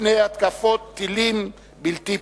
מפני התקפות טילים בלתי פוסקות.